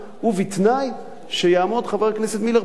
ובתנאי שיעמוד חבר הכנסת מילר באותם